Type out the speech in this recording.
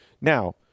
Now